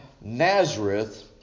Nazareth